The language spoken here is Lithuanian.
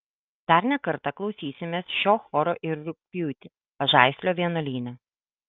dar ne kartą klausysimės šio choro ir rugpjūtį pažaislio vienuolyne